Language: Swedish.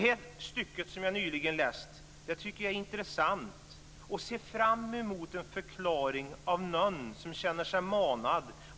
Det stycke som jag nu läste tycker jag är intressant. Jag ser fram emot en förklaring av någon som känner sig manad.